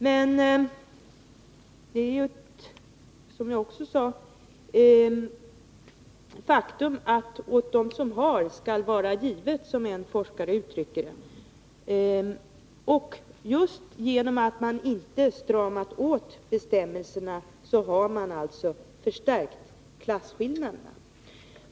Men som jag också sade är det ett faktum att åt dem som har skall vara givet, som en forskare uttrycker det. Just på grund av att man inte stramat åt bestämmelserna, har man förstärkt klasskillnaderna.